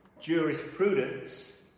jurisprudence